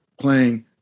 playing